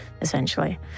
essentially